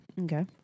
Okay